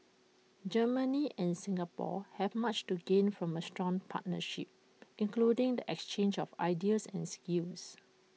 Germany and Singapore have much to gain from A strong partnership including the exchange of ideas and skills